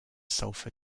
sulfur